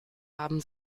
haben